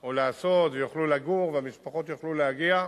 או לעשות, ויוכלו לגור, והמשפחות יוכלו להגיע.